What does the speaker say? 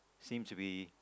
seems to be